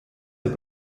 der